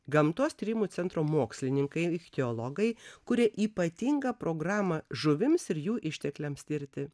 gamtos tyrimų centro mokslininkai ichtiologai kuria ypatingą programą žuvims ir jų ištekliams tirti